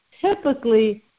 typically